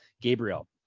Gabriel